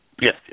Yes